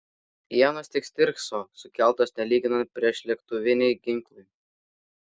ienos tik stirkso sukeltos nelyginant priešlėktuviniai ginklai